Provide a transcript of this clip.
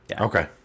Okay